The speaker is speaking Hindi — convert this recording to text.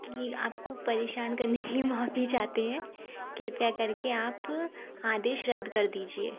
आपकी आपको परेशान करने के लिए माफ़ी चाहते हैं कृपया करके आप आदेश रद्द कर दीजिए